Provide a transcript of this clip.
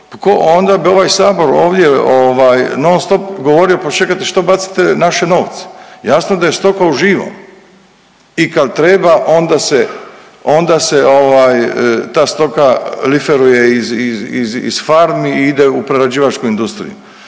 onda bi ovaj sabor ovdje ovaj nonstop govorio pa čekajte što bacate naše novce. Jasno je da stoka u živom i kad treba onda se, onda se ta stoka liferuje iz farmi i ide u prerađivačku industriju.